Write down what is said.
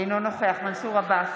אינו נוכח מנסור עבאס,